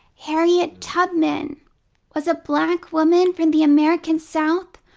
harriet tubman was a black woman from the american south,